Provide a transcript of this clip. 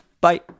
bye